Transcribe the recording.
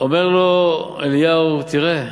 אומר לו אליהו: תראו